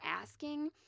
asking